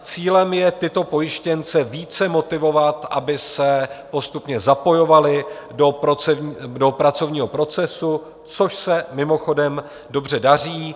Cílem je tyto pojištěnce více motivovat, aby se postupně zapojovali do pracovního procesu, což se mimochodem dobře daří.